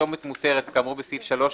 בפרסומת מותרת כאמור בסעיף 3(ב)(1)